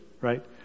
right